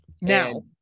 Now